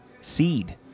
seed